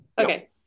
Okay